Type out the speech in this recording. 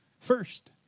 First